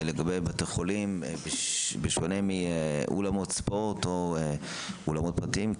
בשונה מאולמות ספורט או אולמות פרטיים,